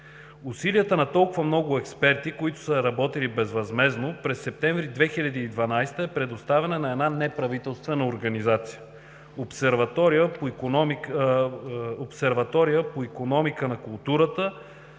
Усилията на толкова много експерти, които са работили безвъзмездно, през септември 2012 г. са предоставени на една неправителствена организация – Обсерватория по икономика на културата,